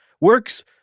works